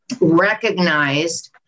recognized